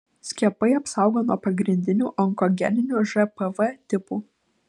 skiepai apsaugo nuo pagrindinių onkogeninių žpv tipų